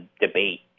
debate